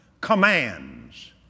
commands